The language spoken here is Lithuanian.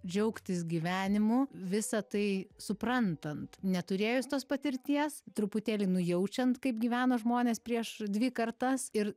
džiaugtis gyvenimu visa tai suprantant neturėjus tos patirties truputėlį nujaučiant kaip gyveno žmonės prieš dvi kartas ir